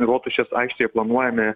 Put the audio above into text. rotušės aikštėje planuojame